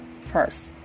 first